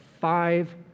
five